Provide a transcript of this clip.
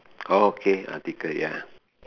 okay article ya